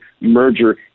merger